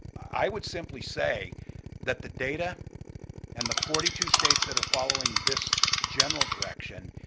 i would simply say that the data and the forty two states that are following this general direction,